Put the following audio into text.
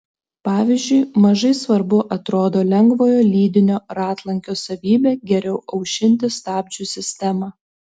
pavyzdžiui mažai svarbu atrodo lengvojo lydinio ratlankio savybė geriau aušinti stabdžių sistemą